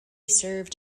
served